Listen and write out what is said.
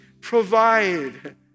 provide